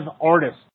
artists